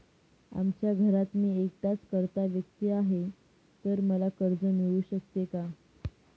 आमच्या घरात मी एकटाच कर्ता व्यक्ती आहे, तर मला कर्ज मिळू शकते का?